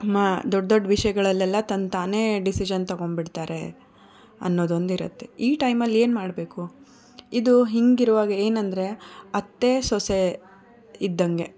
ಮಾ ದೊಡ್ಡ ದೊಡ್ಡ ವಿಷಯಗಳಲ್ಲೆಲ್ಲ ತನ್ನ ತಾನೇ ಡಿಸಿಷನ್ ತಗೊಂಡ್ಬಿಡ್ತಾರೆ ಅನ್ನೋದು ಒಂದು ಇರುತ್ತೆ ಈ ಟೈಮಲ್ಲಿ ಏನು ಮಾಡಬೇಕು ಇದು ಹಿಂಗೆ ಇರುವಾಗ ಏನು ಅಂದರೆ ಅತ್ತೆ ಸೊಸೆ ಇದ್ದಂತೆ